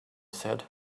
said